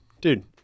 Dude